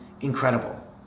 incredible